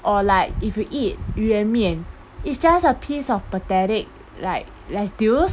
or like if you eat 鱼丸面 it's just a piece of pathetic like lettuce